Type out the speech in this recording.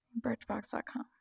Birchbox.com